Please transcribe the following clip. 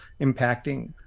impacting